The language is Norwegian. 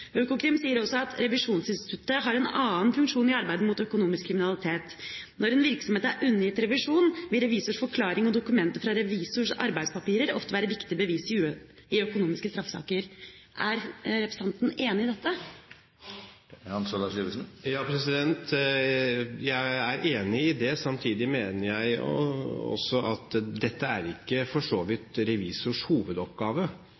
Økokrim sier også: «Revisjonsinstituttet har også en annen funksjon i arbeidet mot økonomisk kriminalitet: Når en virksomhet er undergitt revisjon, vil revisors forklaring og dokumenter fra revisor arbeidspapirer ofte være viktige bevis i økonomiske straffesaker.» Er representanten enig i dette? Jeg er enig i det. Samtidig mener jeg også at dette er ikke for